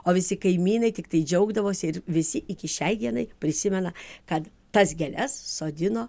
o visi kaimynai tiktai džiaugdavosi ir visi iki šiai dienai prisimena kad tas gėles sodino